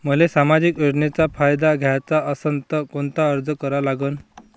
मले सामाजिक योजनेचा फायदा घ्याचा असन त कोनता अर्ज करा लागन?